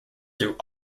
through